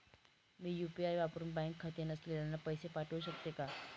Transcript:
मी UPI वापरुन bank खाते नसलेल्यांना पैसे पाठवू शकते का?